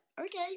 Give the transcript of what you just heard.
okay